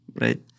right